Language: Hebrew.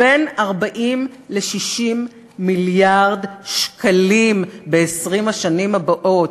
בין 40 ל-60 מיליארד שקלים ב-20 השנים הבאות.